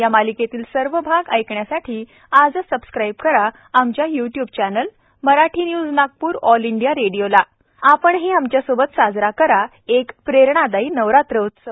या मालिकेतील सर्व भाग ऐकण्यासाठी आजच सबस्क्राईब करा आमच्या YouTube channel Marathi news Nagpur all India radio ला आपणही आमच्या सोबत साजरा करा एक प्रेरणादायी नवरात्र उत्सव